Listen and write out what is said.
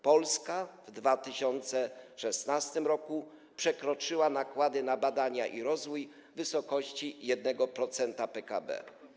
Polska w 2016 r. przekroczyła nakłady na badania i rozwój w wysokości 1% PKB.